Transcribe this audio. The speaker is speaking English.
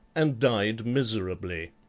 and died miserably.